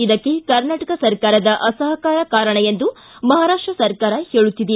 ಇದಕ್ಕೆ ಕರ್ನಾಟಕ ಸರ್ಕಾರದ ಅಸಹಕಾರ ಕಾರಣ ಎಂದು ಮಹಾರಾಷ್ಟ ಸರ್ಕಾರ ಹೇಳುತ್ತಿದೆ